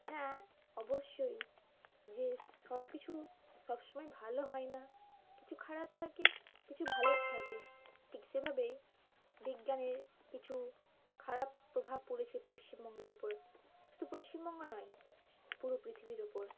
হ্যাঁ অবশ্যই যে সব কিছু সব সময় ভালো হয় না কিছু খারাপ থাকে কিছু ভালো থাকে ঠিক সেভাবেই বিজ্ঞানের কিছু খারাপ প্রভাব পড়েছে পশ্চিমবঙ্গের ওপর শুধু পশ্চিমবঙ্গ নয় পুরো পৃথিবীর ওপর